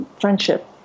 friendship